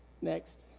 Next